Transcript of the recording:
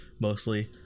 mostly